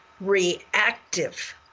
reactive